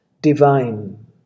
divine